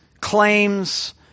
claims